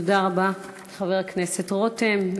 תודה רבה, חבר הכנסת רותם.